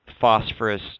phosphorus